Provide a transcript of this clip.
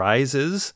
Rises